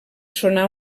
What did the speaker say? sonar